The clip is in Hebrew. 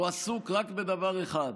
הוא עסוק רק בדבר אחד: